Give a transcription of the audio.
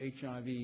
HIV